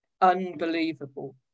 unbelievable